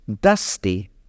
Dusty